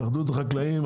התאחדות החקלאים,